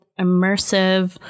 immersive